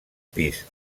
pis